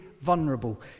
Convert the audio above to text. vulnerable